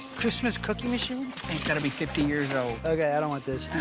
christmas cookie machine. it's gotta be fifty years old. okay, i don't want this.